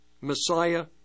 Messiah